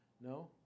No